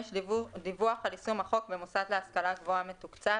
דיווח על יישום החוק במוסד להשכלה גבוהה מתוקצב